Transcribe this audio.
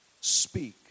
Speak